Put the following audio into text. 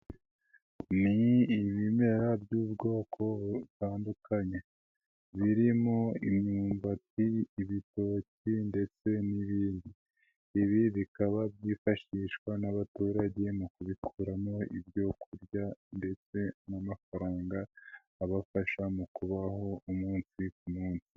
Ni ibimera by'ubwoko butandukanye, birimo imyumbati, ibitoki ndetse n'ibindi, ibi bikaba byifashishwa n'abaturage mu kubikuramo ibyo kurya ndetse n'amafaranga abafasha mu kubaho umunsi ku' munsi.